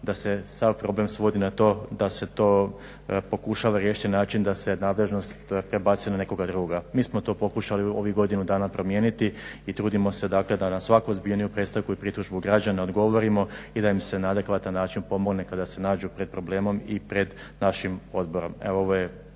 da se sav problem svodi na to da se to pokušava riješiti na način da se nadležnost prebacuje na nekoga drugoga. Mi smo to pokušali u ovih godinu dana promijeniti i trudimo se, dakle da na svaku ozbiljniju predstavku i pritužbu građana odgovorimo i da im se na adekvatan način pomogne kada se nađu pred problemom i pred našim Odborom.